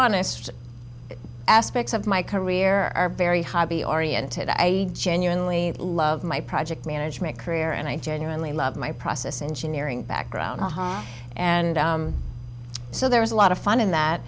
honest aspects of my career are very high be oriented i genuinely love my project management career and i genuinely love my process engineering background and so there is a lot of fun in that